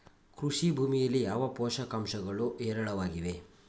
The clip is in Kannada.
ಕೃಷಿ ಭೂಮಿಯಲ್ಲಿ ಯಾವ ಪೋಷಕಾಂಶಗಳು ಹೇರಳವಾಗಿವೆ?